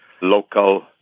local